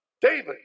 David